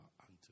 unto